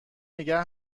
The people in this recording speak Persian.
نگه